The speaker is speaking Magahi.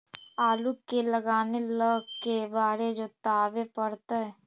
आलू के लगाने ल के बारे जोताबे पड़तै?